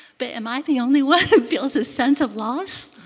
but am i the only one who feels a sense of loss?